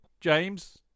James